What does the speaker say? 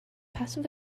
passive